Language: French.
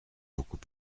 beaucoup